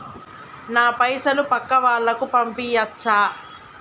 నా పైసలు పక్కా వాళ్ళకు పంపియాచ్చా?